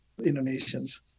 Indonesians